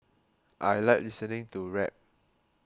I like listening to rap